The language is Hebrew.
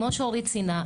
כמו שאורית ציינה,